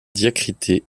diacritée